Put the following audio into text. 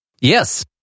Yes